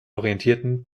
orientierten